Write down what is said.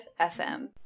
FM